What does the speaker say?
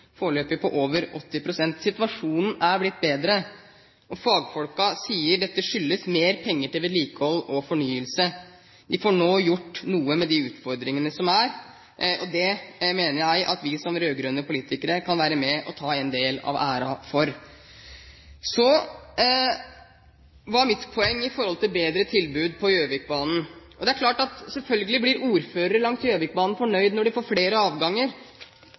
foreløpig på over 80 pst. Situasjonen er blitt bedre. Fagfolkene sier dette skyldes mer penger til vedlikehold og fornyelse. Vi får nå gjort noe med de utfordringene som er. Det mener jeg at vi som rød-grønne politikere kan være med på å ta en del av æren for. Så til mitt poeng når det gjelder bedre tilbud på Gjøvikbanen. Det er klart at selvfølgelig blir ordførere langs Gjøvikbanen fornøyd når de får flere avganger.